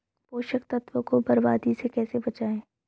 पोषक तत्वों को बर्बादी से कैसे बचाएं?